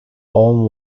own